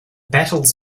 battles